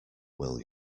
will